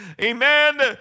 Amen